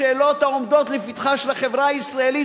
השאלות העומדות לפתחה של החברה הישראלית